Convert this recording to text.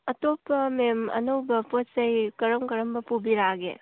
ꯑꯇꯣꯞꯄ ꯃꯦꯝ ꯑꯅꯧꯕ ꯄꯣꯠ ꯆꯩ ꯀꯔꯝ ꯀꯔꯝꯕ ꯄꯨꯕꯤꯔꯛꯂꯒꯦ